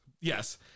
Yes